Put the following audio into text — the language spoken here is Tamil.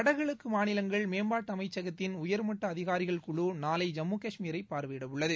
வடகிழக்கு மாநிலங்கள் மேம்பாட்டு அமைச்சகத்தின் உயர்மட்ட அதிகாரிகள் குழு நாளை ஜம்மு காஷ்மீரை பார்வையிட உள்ளது